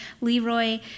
Leroy